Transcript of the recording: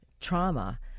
trauma